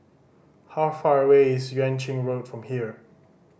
how far away is Yuan Ching Road from here